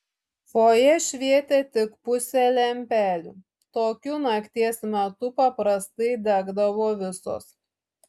fojė švietė tik pusė lempelių tokiu nakties metu paprastai degdavo visos